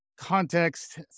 context